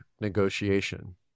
negotiation